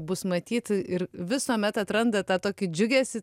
bus matyt ir visuomet atrandat tą tokį džiugesį